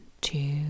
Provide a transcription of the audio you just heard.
two